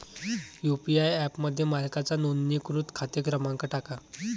UPI ॲपमध्ये मालकाचा नोंदणीकृत खाते क्रमांक टाका